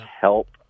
help